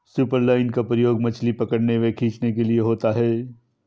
superline का प्रयोग मछली पकड़ने व खींचने के लिए होता है